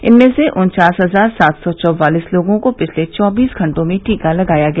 इनमें से उन्चास हजार सात सौ चौवालीस लोगों को पिछले चौबीस घंटों में टीका लगाया गया